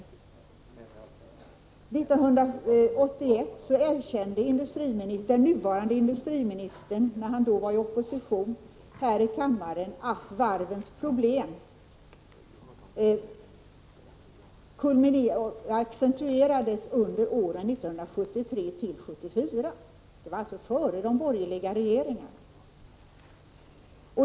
1981 erkände den nuvarande industriministern — när han var i opposition — här i kammaren att varvens problem accentuerades under åren 1973 och 1974, alltså före de borgerliga regeringarna.